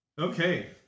Okay